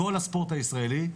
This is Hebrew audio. לכל הספורט הישראלי.